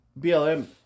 BLM